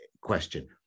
question